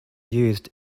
used